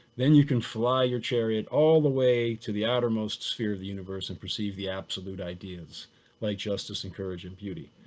then you can fly your chariot all the way to the outermost sphere of the universe and perceive the absolute ideas like justice and courage and beauty.